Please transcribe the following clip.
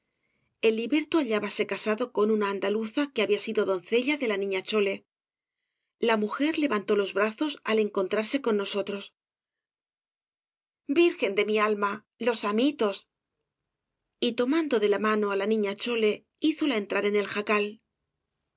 el liberto hallábase casado con una andaluza que había sido doncella de la niña chole la mujer levantó los brazos al encontrarse con nosotros virgen de mi alma los amitosl y tomando de la mano á la niña chole hízola entrar en el jacal